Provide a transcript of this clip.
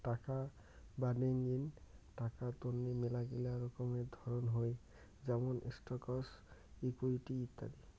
টাকা বাডেঙ্নি টাকা তন্নি মেলাগিলা রকমের ধরণ হই যেমন স্টকস, ইকুইটি ইত্যাদি